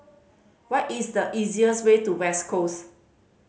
what is the easiest way to West Coast